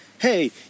hey